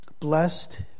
Blessed